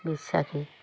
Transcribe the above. বিশ্বাসী